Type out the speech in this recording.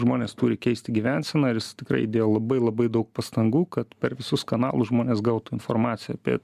žmonės turi keisti gyvenseną ir jis tikrai įdėjo labai labai daug pastangų kad per visus kanalus žmonės gautų informaciją apie